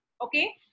okay